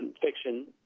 fiction